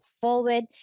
forward